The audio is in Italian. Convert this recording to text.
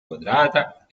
quadrata